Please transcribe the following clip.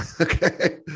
okay